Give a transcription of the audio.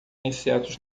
insetos